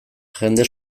jende